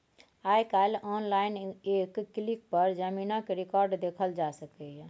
आइ काल्हि आनलाइन एक क्लिक पर जमीनक रिकॉर्ड देखल जा सकैए